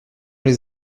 les